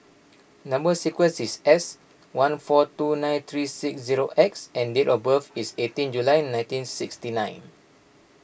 Number Sequence is S one four two nine three six zero X and date of birth is eighteen July nineteen sixty nine